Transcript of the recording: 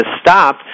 stop